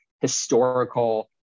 historical